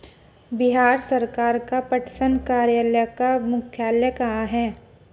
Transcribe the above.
बिहार सरकार का पटसन कार्यालय का मुख्यालय कहाँ है?